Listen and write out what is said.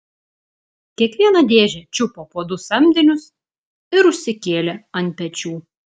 kiekvieną dėžę čiupo po du samdinius ir užsikėlė ant pečių